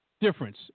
difference